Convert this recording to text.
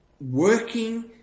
working